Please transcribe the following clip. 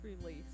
release